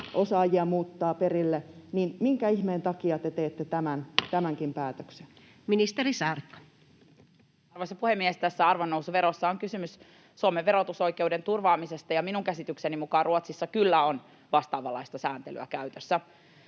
(Sanni Grahn-Laasonen kok) Time: 16:32 Content: Arvoisa puhemies! Tässä arvonnousuverossa on kysymys Suomen verotusoikeuden turvaamisesta, ja minun käsitykseni mukaan Ruotsissa kyllä on vastaavanlaista sääntelyä käytössä.